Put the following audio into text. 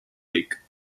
lake